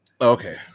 Okay